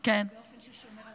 --- אני מבקשת